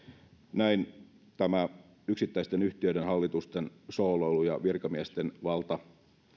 näin tämä yksittäisten yhtiöiden hallitusten sooloilu ja virkamiesten valta